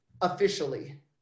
officially